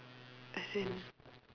as in